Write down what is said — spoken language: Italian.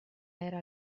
era